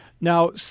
Now